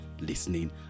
listening